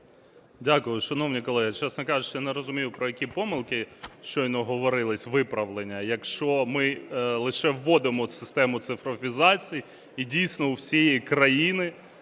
Дякую. Шановні колеги, чесно кажучи, я не розумію, про які помилки щойно говорилось, виправлення, якщо ми лише вводимо систему цифровізації, і дійсно у всієї країни